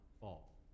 fall